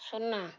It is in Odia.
ଶୂନ